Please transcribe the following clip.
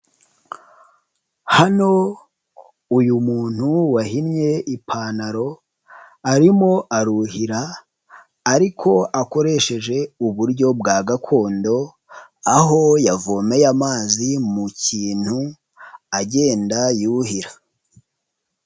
Hano uyu muntu wahinye ipantaro arimo aruhira ariko akoresheje uburyo bwa gakondo, aho yavomeye amazi mu kintu agenda yuhira.